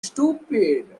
stupid